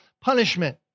punishment